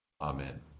Amen